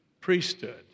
priesthood